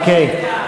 תוכנית למאבק בפשיעה,